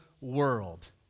world